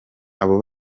abo